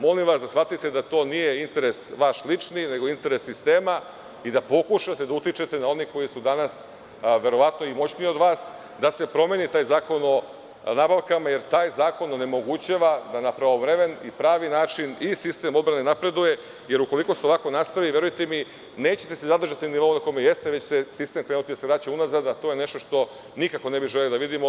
Molim vas da shvatite da to nije interes vaš lični nego sistema i da pokušate da utičete na one koji su danas verovatno i moćniji od vas da se promeni taj Zakon o nabavkama jer taj zakon onemogućava da na pravovremen i pravi način i sistem odbrane napreduje, jer ukoliko se ovako nastavi, verujte mi, nećete se zadržati na nivou na kome jeste, već će sistem krenuti da se vraća unazad, a to je nešto što nikako ne bi želeli da vidimo.